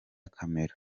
camera